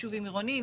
ישובים עירוניים,